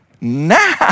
now